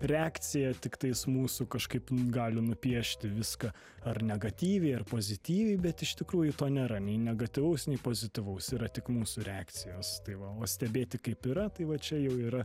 reakcija tiktais mūsų kažkaip gali nupiešti viską ar negatyviai ar pozityviai bet iš tikrųjų to nėra nei negatyvaus nei pozityvaus yra tik mūsų reakcijos tai va o stebėti kaip yra tai va čia jau yra